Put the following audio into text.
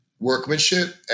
Workmanship